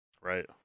right